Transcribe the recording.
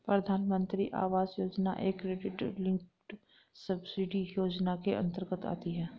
प्रधानमंत्री आवास योजना एक credit linked subsidy योजना के अंतर्गत आती है